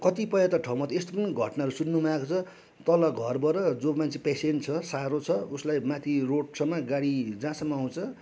कतिपय त ठाउँमा त यस्तो पनि घटनाहरू सुन्नमा आएको छ तल घरबाट जो मान्छे पेसेन्ट छ साह्रो छ उसलाई माथि रोडसम्म गाडी जहाँसम्म आउँछ